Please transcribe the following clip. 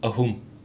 ꯑꯍꯨꯝ